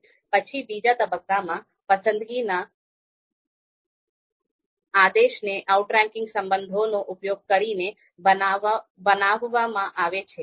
પછી બીજા તબક્કામાં પસંદગીના આદેશને આઉટરેન્કિંગ સંબંધોનો ઉપયોગ કરીને બનાવવામાં આવે છે